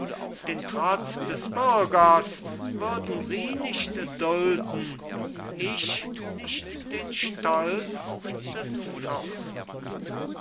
den trotz des bürgers würden sie nicht dulden ich nicht den stolz des fürsten